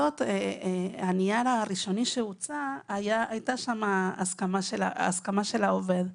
הנייר הראשוני שהוצע באחת הוועדות היה הסכמה של העובד.